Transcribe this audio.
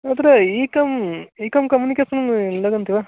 अत्र एकम् एकं कम्युनिकेस्न् लगन्ति वा